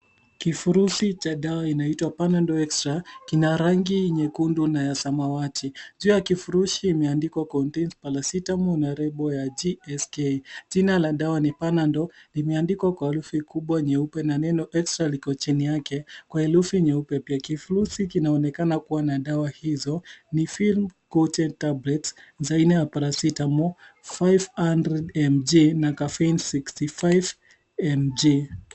Kifurushi cha dawa inaitwa Panadol Extra kina rangi nyekundu na ya samawati. Juu ya kifurushi imeandikwa contains paracetamol na lebo ya gsk. Jina la dawa ni Panadol. Limeandikwa kwa herufi kubwa nyeupe na neno Extra liko chini yake kwa herufi nyeupe pia. Kifurushi kinaonkena kuwa na dawa hizo ni film-coated tablets, paracetamol 500mg , na caffeine 65mg .